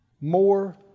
More